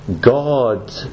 God